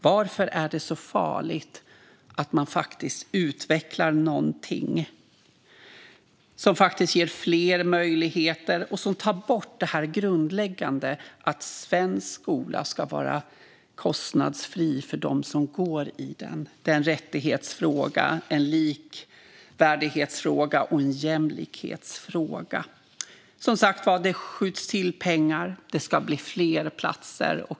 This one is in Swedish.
Varför är det så farligt att man utvecklar någonting som faktiskt ger fler möjligheter och som tar bort det som hindrar det grundläggande: att svensk skola ska vara kostnadsfri för dem som går i den? Det är en rättighetsfråga, en likvärdighetsfråga och en jämlikhetsfråga. Som sagt skjuts det till pengar. Det ska bli fler platser.